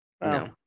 No